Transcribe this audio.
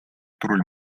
turul